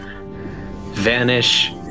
vanish